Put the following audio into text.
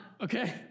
Okay